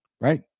right